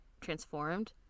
transformed